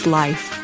life